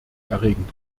erregend